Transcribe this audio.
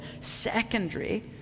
Secondary